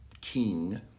king